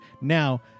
Now